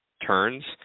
turns